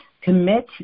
commit